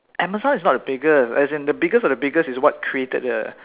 Amazon is not the biggest as is in the biggest of the biggest is what created the